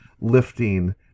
lifting